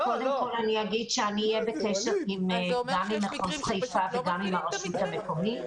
אני אהיה בקשר עם מחוז חיפה ועם הרשות המקומית.